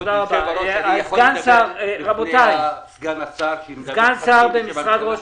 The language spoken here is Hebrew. אני יכול לדבר לפני פטין שמדבר בשם הממשלה?